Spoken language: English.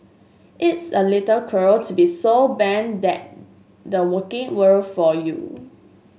it's a little cruel to be so bunt that the working world for you